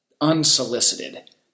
unsolicited